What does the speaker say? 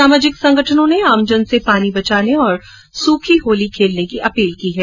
सामाजिक संगठनों ने आमजन से पानी बचाने और सूखी होली खेलने की अपील की है